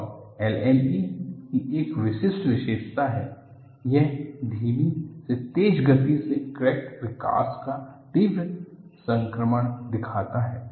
और LME की एक विशिष्ट विशेषता है यह धीमी से तेज गति से क्रैक विकास का तीव्र संक्रमण दिखाता है